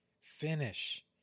Finish